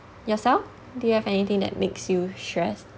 yourself do you have anything that makes you stressed